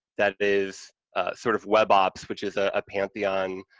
that is sort of web ops, which is a pantheon,